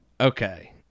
Okay